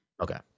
Okay